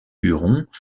hurons